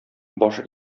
баш